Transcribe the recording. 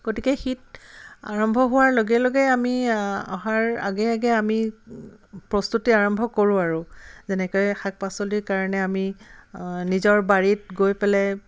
গতিকে শীত আৰম্ভ হোৱাৰ লগে লগে আমি অহাৰ আগে আগে আমি প্ৰস্তুতি আৰম্ভ কৰোঁ আৰু যেনেকৈ শাক পাচলিৰ কাৰণে আমি নিজৰ বাৰীত গৈ পেলাই